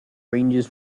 ranges